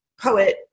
poet